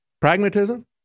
Pragmatism